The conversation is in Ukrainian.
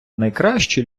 найкраще